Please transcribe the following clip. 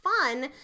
fun